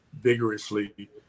vigorously